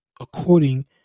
according